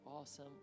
awesome